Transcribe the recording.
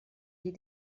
les